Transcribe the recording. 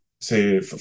say